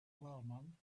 wellman